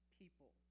people